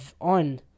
on